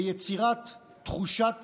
ביצירת תחושת